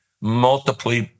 multiply